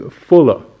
fuller